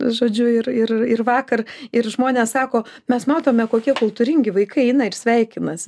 žodžiu ir ir ir vakar ir žmonės sako mes matome kokie kultūringi vaikai eina ir sveikinasi